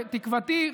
תקוותי,